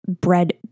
bread